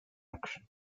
action